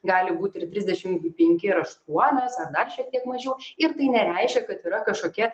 gali būti ir trisdešim penki ir aštuonios ar dar šiek tiek mažiau ir tai nereiškia kad yra kažkokia